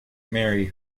marry